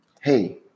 Hey